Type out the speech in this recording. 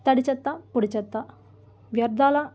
తడి చెత్త పొడి చెత్త వ్యర్థాల